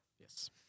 Yes